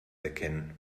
erkennen